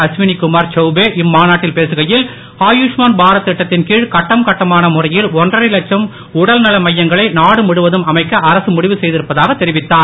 அஸ்வினிகுமார் சௌபே இம்மாநாட்டில் பேசுகையில் ஆயுஷ்மான் பாரத் திட்டத்தின் கீழ் கட்டம் கட்டமான முறையில் ஒன்றரை லட்சம் உடல்நல மையங்களை நாடு முழுவதும் அமைக்க அரசு முடிவு செய்திருப்பதாக தெரிவித்தார்